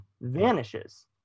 vanishes